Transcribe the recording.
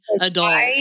adult